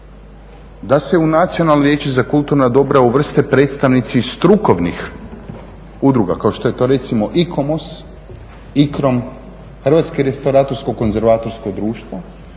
da se u Nacionalnom vijeću za kulturna dobra uvrste predstavnici strukovnih udruga, kao što je to recimo IKOMOS, IKROM, Hrvatsko restauratorsko konzervatorsko društvo,